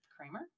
kramer